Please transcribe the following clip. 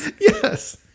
Yes